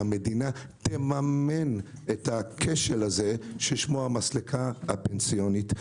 שהיא תממן את הכשל הזה ששמו המסלקה הפנסיונית.